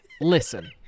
Listen